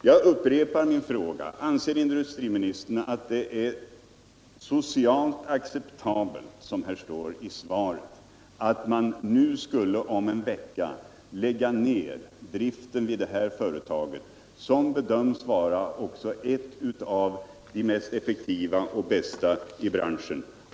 Jag upprepar min fråga: Anser industriministern att det är socialt acceptabelt, som det står i svaret, att man om en vecka lägger ned driften vid detta företag som bedöms vara ett av de mest effektiva och bästa i branschen?